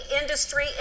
industry